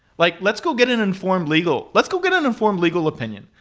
like let's go get an informed legal. let's go get an informed legal opinion.